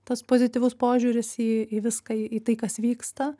tas pozityvus požiūris į į viską į tai kas vyksta